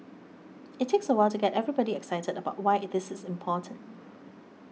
it takes a while to get everybody excited about why it is important